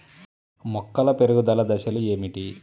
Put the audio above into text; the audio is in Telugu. మొక్కల పెరుగుదల దశలు ఏమిటి?